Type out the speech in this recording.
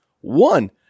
one